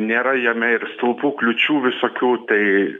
nėra jame ir stulpų kliūčių visokių tai